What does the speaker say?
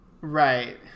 Right